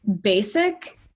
basic